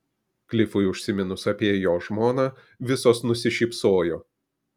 klifui užsiminus apie jo žmoną visos nusišypsojo